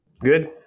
Good